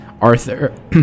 arthur